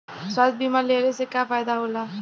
स्वास्थ्य बीमा लेहले से का फायदा होला?